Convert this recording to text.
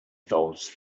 those